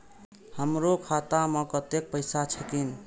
हमरो खाता में कतेक पैसा छकीन?